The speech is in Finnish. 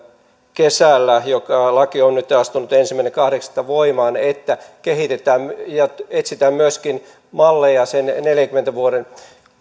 kesällä laki on nytten astunut ensimmäinen kahdeksatta voimaan että kehitetään ja etsitään myöskin malleja sen neljänkymmenen vuoden